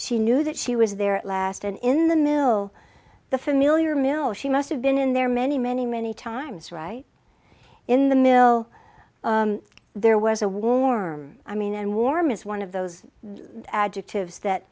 she knew that she was there last and in the mill the familiar mill she must have been in there many many many times right in the mill there was a warm i mean and warm is one of those adjectives